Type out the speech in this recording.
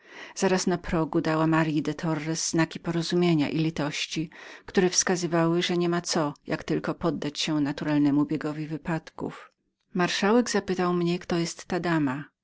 zaraz na progu dała maryi de torres znaki porozumienia i litości które znaczyły że niebyło co czynić jak tylko poddać się naturalnemu biegowi wypadków marszałek zapytał mnie kto była ta dama